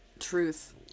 Truth